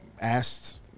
asked